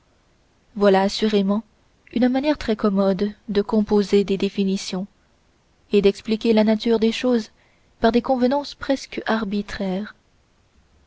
voilà assurément une manière très commode de composer des définitions et d'expliquer la nature des choses par des convenances presque arbitraires